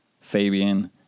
Fabian